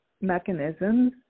mechanisms